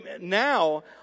now